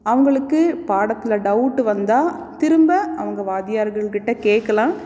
அவங்களுக்கு பாடத்தில் டவுட்டு வந்தால் திரும்ப அவங்க வாத்தியர்களுக்கிட்ட கேட்கலாம்